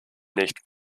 nicht